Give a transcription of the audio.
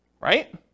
right